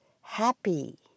happy